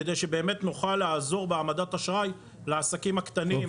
כדי שבאמת נוכל לעזור בהעמדת האשראי לעסקים הקטנים,